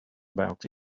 about